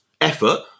effort